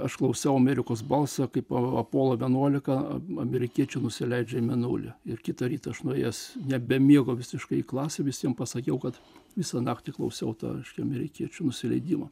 aš klausiau amerikos balsą kaip apollo vienuolika amerikiečių nusileidžia mėnulis ir kitąrytą aš nuėjęs nebemiego visiškai į klasę visiems pasakiau kad visą naktį klausiau tą reiškia amerikiečių nusileidimą